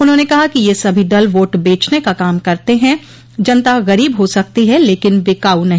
उन्होंने कहा कि ये सभी दल वोट बेचने का काम करते ह जनता गरीब हो सकती है लेकिन बिकाऊ नहीं